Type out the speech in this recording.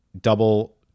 double